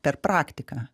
per praktiką